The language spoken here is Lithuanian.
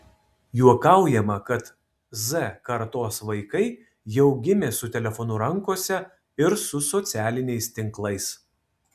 juokaujama kad z kartos vaikai jau gimė su telefonu rankose ir su socialiniais tinklais